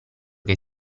che